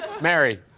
Mary